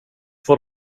får